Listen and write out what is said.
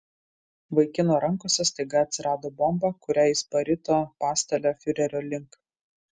vaikino rankose staiga atsirado bomba kurią jis parito pastale fiurerio link